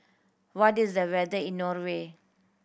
what is the weather like in Norway